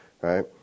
right